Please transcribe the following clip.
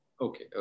okay